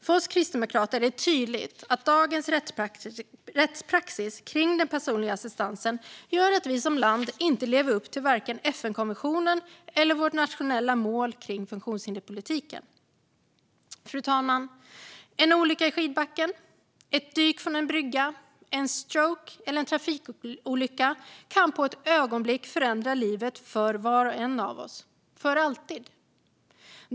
För oss kristdemokrater är det tydligt att dagens rättspraxis om den personliga assistansen gör att vi som land inte lever upp till vare sig FN-konventionen eller vårt nationella mål för funktionshinderspolitiken. Fru talman! En olycka i skidbacken, ett dyk från en brygga, en stroke eller en trafikolycka kan på ett ögonblick förändra livet för var och en av oss - för alltid.